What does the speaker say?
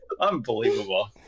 Unbelievable